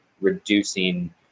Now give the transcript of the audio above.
reducing